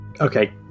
Okay